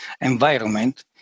environment